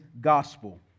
gospel